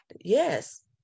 Yes